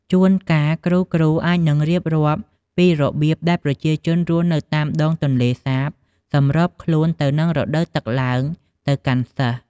ជួនកាល គ្រូៗអាចនឹងរៀបរាប់ពីរបៀបដែលប្រជាជនរស់នៅតាមដងទន្លេសាបសម្របខ្លួនទៅនឹងរដូវទឹកឡើងទៅកាន់សិស្ស។